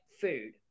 food